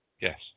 Yes